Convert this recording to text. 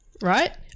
right